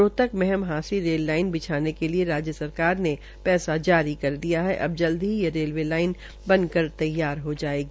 Rohtak Meham Hansi rail line बिछाने के लिए राज्य सरकार ने पैसा जारी कर दिया है अब जल्दी ही यह रेलवे लाइन बन कर तैयार हो जायेगी